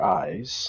eyes